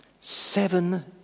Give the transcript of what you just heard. Seven